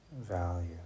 value